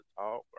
talk